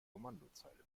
kommandozeile